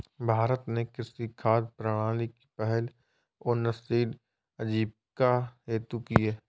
भारत ने कृषि खाद्य प्रणाली की पहल उन्नतशील आजीविका हेतु की